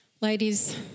Ladies